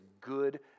good